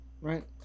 right